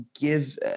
give